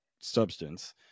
substance